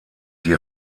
die